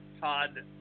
Todd